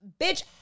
bitch